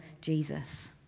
Jesus